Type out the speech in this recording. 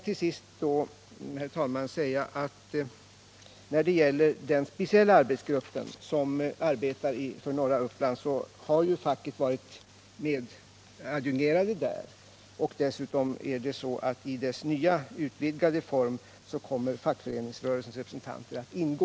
Till sist, herr talman, vill jag säga att i den speciella arbetsgrupp som arbetar för norra Uppland har facket varit adjungerat, och dessutom kommer i dess nya, utvidgade form fackföreningsrörelsens representanter att ingå.